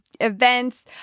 events